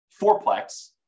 fourplex